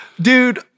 Dude